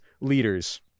leaders